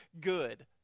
good